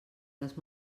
les